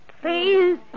Please